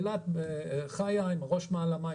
אילת חיה עם הראש מעל המים,